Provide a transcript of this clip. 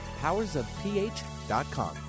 powersofph.com